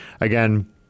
again